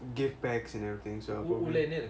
gift bags and everything so